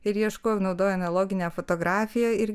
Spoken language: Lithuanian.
ir ieškojau naudoju analoginę fotografiją ir